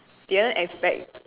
didn't expect